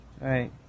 Right